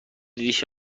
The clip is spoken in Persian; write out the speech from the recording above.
ریش